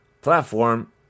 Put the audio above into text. platform